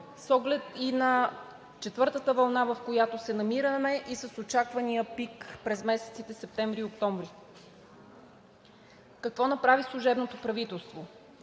с оглед и на четвъртата вълна, в която се намираме и с очаквания пик през месеците септември и октомври? Какво направи служебното правителство?